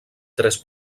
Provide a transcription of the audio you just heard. tres